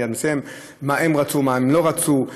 מה הם לא רצו,